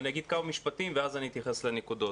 אני אגיד כמה משפטים ואז אני אתייחס לנקודות.